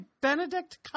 Benedict